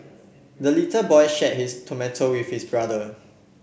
the little boy shared his tomato with his brother